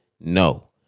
No